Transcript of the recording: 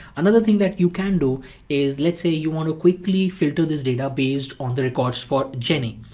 another thing that you can do is, let's say you want to quickly filter this data based on the records for jenny.